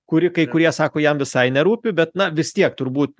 kuri kai kurie sako jam visai nerūpi bet na vis tiek turbūt